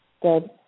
Good